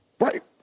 Right